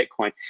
Bitcoin